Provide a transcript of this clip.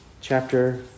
chapter